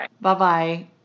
Bye-bye